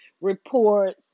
reports